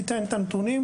ניתן את הנתונים,